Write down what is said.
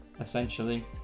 essentially